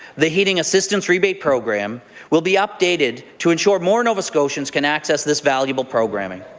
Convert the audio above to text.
the heating assistance rebate program will be updated to ensure more nova scotians can access this valuable programming.